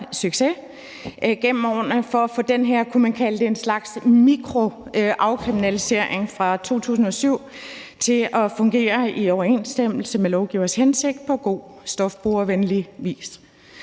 succes gennem årene, for at få den her, man kunne kalde det en slags mikroafkriminalisering fra 2007 til at fungere i overensstemmelse med lovgivers hensigt på en god, stofbrugervenlig vis.